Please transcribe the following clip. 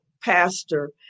pastor